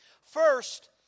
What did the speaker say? First